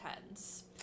tens